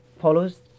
follows